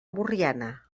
borriana